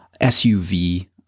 SUV